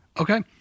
Okay